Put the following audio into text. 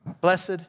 blessed